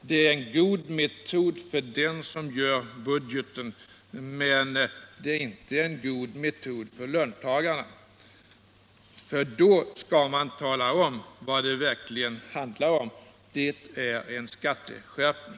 Det är en god metod för den som gör budgeten, men det är inte en god metod för löntagarna. För då skall man tala om vad det verkligen handlar om — en skatteskärpning.